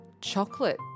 chocolate